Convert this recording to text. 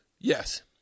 Yes